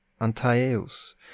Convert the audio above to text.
Antaeus